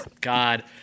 god